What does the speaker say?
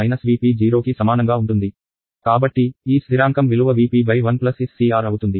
కాబట్టి ఈ స్ధిరాంకం విలువ V p 1 SC R అవుతుంది